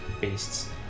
beasts